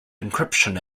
encryption